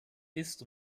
ist